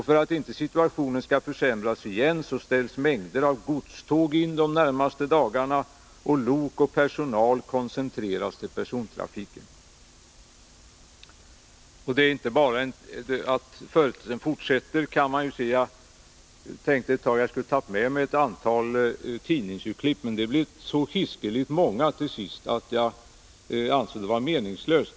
För att inte situationen skall försämras igen ställs mängder av godståg in de närmaste dagarna och lok och personal koncentreras till persontrafiken.” Jag tänkte ta med mig ytterligare ett antal tidningsurklipp, men det var så hiskligt många tidningar som beskrev detta att jag ansåg det vara meningslöst.